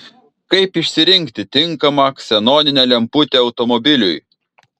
kaip išsirinkti tinkamą ksenoninę lemputę automobiliui